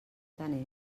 tant